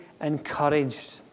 encouraged